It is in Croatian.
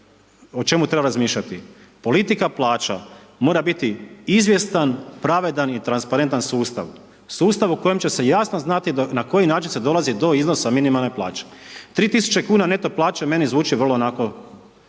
o čemu treba razmišljati? Politika plaća mora biti izvjestan, pravedan i transparentan sustav, sustav u kojem će se jasno znati na koji način se dolazi do iznosa minimalne plaće. 3000 kuna neto plaće meni zvuči vrlo onako